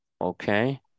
Okay